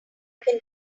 can